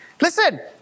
Listen